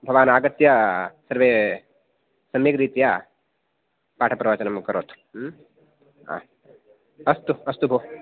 भवान् अगत्य सर्वे सम्यक् रीत्या पाठप्रवचनं करोतु अस्तु अस्तु भो